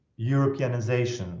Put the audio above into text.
Europeanization